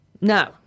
No